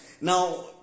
now